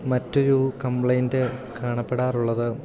മറ്റൊരു കംപ്ലൈൻറ് കാണപ്പെടാറുള്ളത്